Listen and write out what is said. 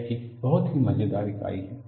यह एक बहुत ही मजेदार इकाई है